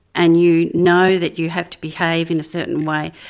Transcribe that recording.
and you know that you have to behave in a certain way,